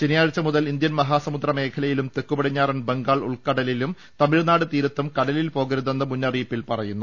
ശനിയാഴ്ച മുതൽ ഇന്ത്യൻ മഹാസമുദ്ര മേഖലയിലും തെക്കുപടിഞ്ഞാറൻ ബംഗാൾ ഉൾക്കടലിലും തമിഴ്നാട് തീരത്തും കടലിൽ പോകരുതെന്ന് മുന്നറിയിപ്പിൽ പറയുന്നു